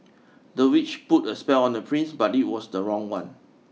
the witch put a spell on the prince but it was the wrong one